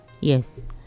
yes